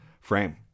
frame